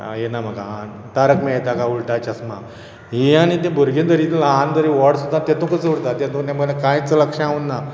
आ तारक मेहता का उलटा चशमा हें आनी तें भुरगीं तरी ल्हान सुद्दां व्हड सुद्दां तितूंतच उरता तेतूंत मदीं आनी कांयच लक्षांत उरना